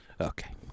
Okay